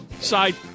Side-